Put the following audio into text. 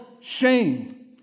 shame